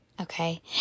Okay